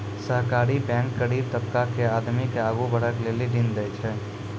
सहकारी बैंक गरीब तबका के आदमी के आगू बढ़ै के लेली ऋण देय छै